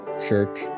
Church